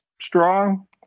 strong